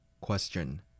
Question